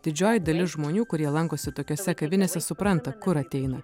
didžioji dalis žmonių kurie lankosi tokiose kavinėse supranta kur ateina